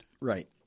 Right